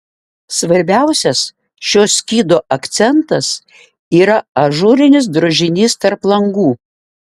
svarbiausias šio skydo akcentas yra ažūrinis drožinys tarp langų